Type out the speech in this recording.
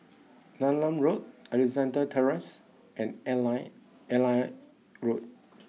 Neram Road Alexandra Terrace and Airline Airline Road